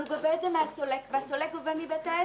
הוא גובה את זה מהסולק והסולק גובה מבית העסק.